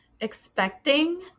expecting